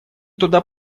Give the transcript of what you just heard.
туда